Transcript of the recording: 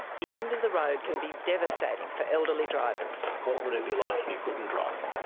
the end of the road can be devastating for elderly drivers. what would it be like if you couldn't drive?